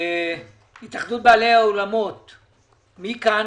אז נראה לי שזה תיקון שפחות תורם לפתרון איזושהי בעיה ככל שהיא קיימת,